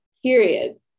period